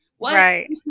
right